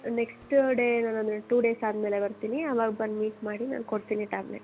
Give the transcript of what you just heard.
next day ನಾನು ಒಂದು two days ಆದಮೇಲೆ ಬರ್ತೀನಿ ಆವಾಗ ಬಂದು ಮೀಟ್ ಮಾಡಿ ನಾನು ಕೊಡ್ತೀನಿ ಟ್ಯಾಬ್ಲೆಟ್